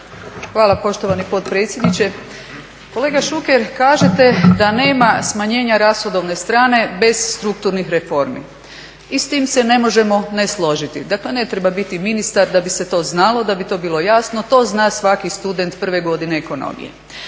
Hvala poštovani potpredsjedniče. Kolega Šuker kažete da nema smanjenja rashodovne strane bez strukturnih reformi i s tim se ne možemo ne složiti. Dakle ne treba biti ministar da bi se to znalo, da bi to bilo jasno, to zna svaki student prve godine ekonomije.